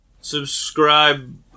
subscribe